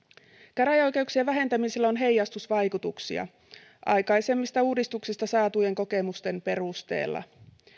käräjäoikeuksien vähentämisellä on heijastusvaikutuksia aikaisemmista uudistuksista saatujen kokemusten perusteella